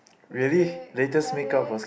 music where are they